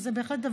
זה בהחלט.